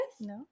No